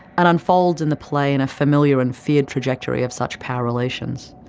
and unfolds in the play in a familiar and feared trajectory of such power relations,